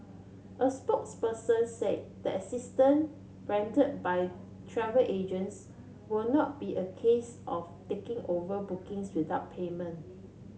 a spokesperson say the assistant render by travel agents will not be a case of taking over bookings without payment